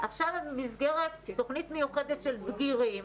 עכשיו הם במסגרת תכנית מיוחדת של בגירים.